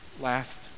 last